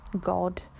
god